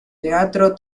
teatro